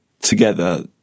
together